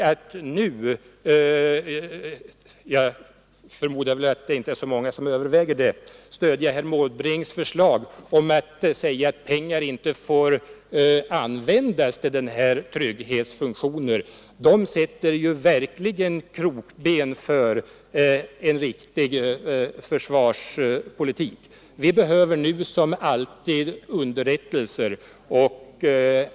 Att nu — men jag förmodar att det inte är så många som överväger att göra det — stödja herr Måbrinks förslag om att pengar inte får användas till denna trygghetsfunktion är verkligen att sätta krokben för en riktig försvarspolitik. Vi behöver i dag som alltid underrättelser.